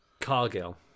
Cargill